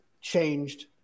changed